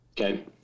Okay